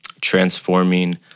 Transforming